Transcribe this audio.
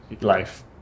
life